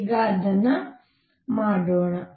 ಈಗ ಅದನ್ನು ಮಾಡೋಣ